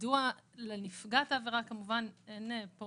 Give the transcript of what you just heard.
יידוע לנפגעת העבירה, כמובן אין פה